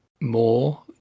more